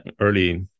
early